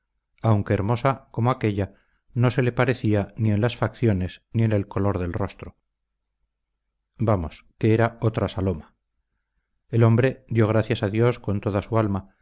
aunque hermosa como aquélla no se le parecía ni en las facciones ni en el color del rostro vamos que era otra saloma el hombre dio gracias a dios con toda su alma